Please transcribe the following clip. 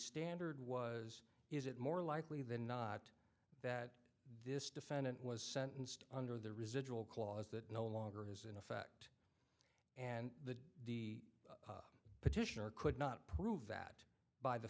standard was is it more likely than not that this defendant was sentenced under the residual clause that no longer has in effect and the the petitioner could not prove that by the